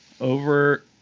Over